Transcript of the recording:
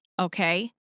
okay